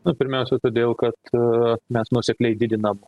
na pirmiausia todėl kad mes nuosekliai didinam